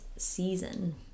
Season